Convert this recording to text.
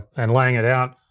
and laying it out.